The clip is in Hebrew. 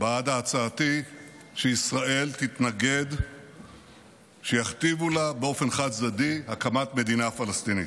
בעד הצעתי שישראל תתנגד שיכתיבו לה באופן חד-צדדי הקמת מדינה פלסטינית.